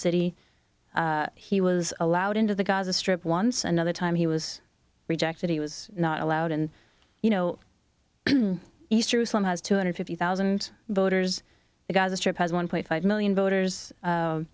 city he was allowed into the gaza strip once another time he was rejected he was not allowed and you know east jerusalem has two hundred fifty thousand voters the gaza strip has one point five million voters